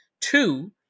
Two